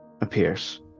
appears